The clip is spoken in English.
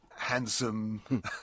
handsome